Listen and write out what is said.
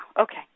okay